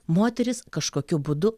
moterys kažkokiu būdu